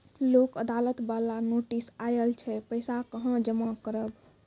लोक अदालत बाला नोटिस आयल छै पैसा कहां जमा करबऽ?